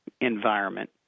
environment